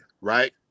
right